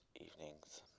evenings